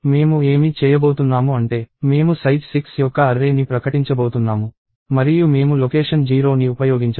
మేము ఏమి చేయబోతున్నాము అంటే మేము సైజ్ 6 యొక్క అర్రే ని ప్రకటించబోతున్నాము మరియు మేము లొకేషన్ 0ని ఉపయోగించము